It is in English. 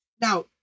Now